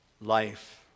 life